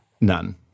none